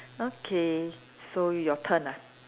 okay so your turn ah